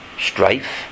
Strife